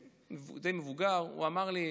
יהודי די מבוגר, אמר לי,